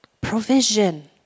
provision